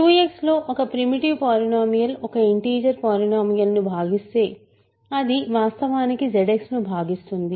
QX లో ఒక primitive polynomial ఒక ఇంటిజర్ పాలినోమియల్ ను భాగిస్తే అది వాస్తవానికి ZX ను భాగిస్తుంది